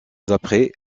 après